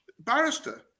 barrister